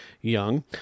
Young